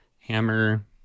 Hammer